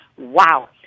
wow